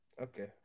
Okay